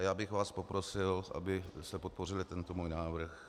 A já bych vás poprosil, abyste podpořili tento můj návrh.